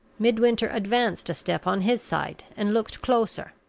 midwinter advanced a step on his side, and looked closer.